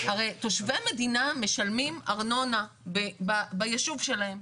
תושבי מדינה משלמים ארנונה ביישוב שלהם.